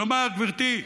כלומר, גברתי,